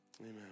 Amen